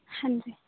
ਹਾਂਜੀ